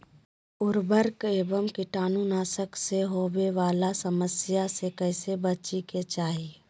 उर्वरक एवं कीटाणु नाशक से होवे वाला समस्या से कैसै बची के चाहि?